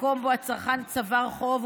במקום שבו הצרכן צבר חוב,